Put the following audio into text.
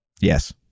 Yes